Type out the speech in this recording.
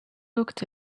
looked